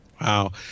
Wow